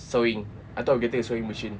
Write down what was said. sewing I thought of getting a sewing machine